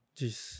Jeez